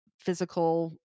physical